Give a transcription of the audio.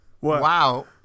Wow